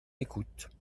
écoute